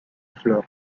flor